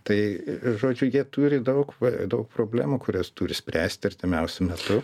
tai žodžiu jie turi daug daug problemų kurias turi spręsti artimiausiu metu